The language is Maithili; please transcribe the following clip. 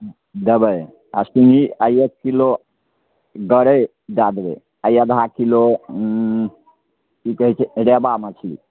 देबै सिङ्गघी आ एक किलो गरै दए देबै आ आधा किलो हूँ की कहै छै रेवा मछली